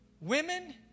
Women